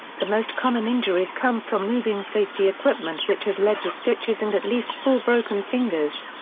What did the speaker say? the most common injuries come from moving safety equipment which has led to stitches and at least four broken fingers.